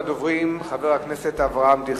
ראשון הדוברים חבר הכנסת אברהם דיכטר,